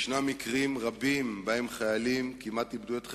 יש מקרים רבים שבהם חיילים כמעט איבדו את חייהם,